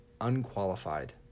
unqualified